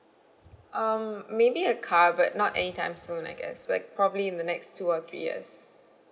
um maybe a car but not anytime soon I guess like probably in the next two or three years